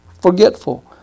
forgetful